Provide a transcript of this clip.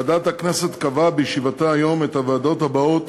ועדת הכנסת קבעה בישיבתה היום את הוועדות הבאות